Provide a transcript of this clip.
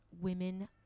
Women